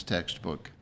Textbook